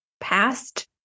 past